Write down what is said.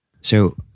So-